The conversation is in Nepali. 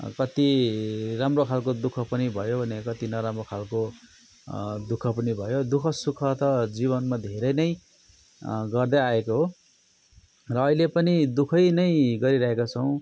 कति राम्रो खालको दु ख पनि भयो भने कति नराम्रो खालको दु ख पनि भयो दु खसुख त जीवनमा धेरै नै गर्दै आएको हो र अहिले पनि दु खै नै गरिरहेका छौँ